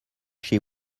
chez